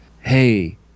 hey